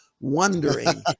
wondering